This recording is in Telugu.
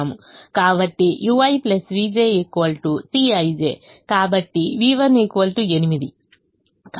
కాబట్టి ui vj Cij కాబట్టి v1 8 కాబట్టి v1 8